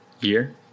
year